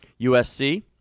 USC